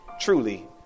truly